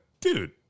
dude